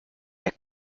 der